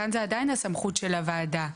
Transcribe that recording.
כאן זה עדיין הסמכות של הוועדה.